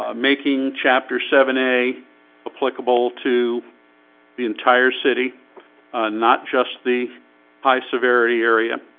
ah making chapter seven a applicable to the entire city not just the high severity area.